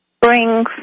Brings